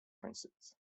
princes